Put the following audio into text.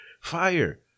fire